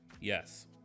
Yes